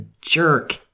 jerk